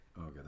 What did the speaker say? Okay